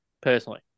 personally